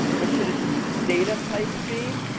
what should its data type be?